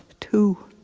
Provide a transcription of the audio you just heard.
to